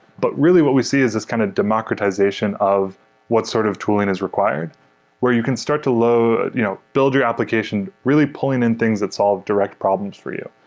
but really what we see is this kind of democratization of what sort of tooling is required where you can start to you know build your application, really pulling in things that solve direct problems for you.